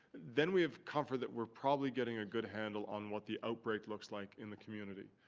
then we have comfort that we're probably getting a good handle on what the outbreak looks like in the community.